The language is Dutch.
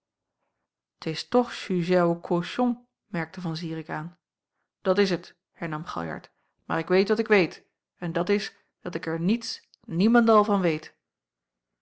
t is toch sujet à caution merkte van zirik aan dat is het hernam galjart maar ik weet wat ik weet en dat is dat ik er niets niemendal van weet